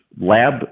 lab